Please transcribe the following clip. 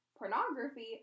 pornography